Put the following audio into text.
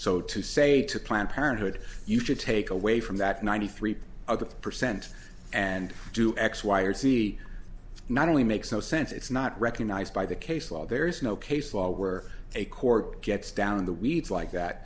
so to say to planned parenthood you should take away from that ninety three of the percent and do x y or z not only makes no sense it's not recognized by the case law there is no case law where a court gets down in the weeds like that